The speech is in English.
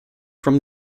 from